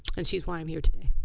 and she's why i am here today.